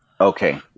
Okay